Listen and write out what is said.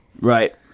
Right